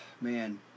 man